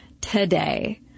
today